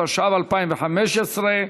התשע"ו 2015,